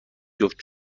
جفت